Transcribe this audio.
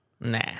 Nah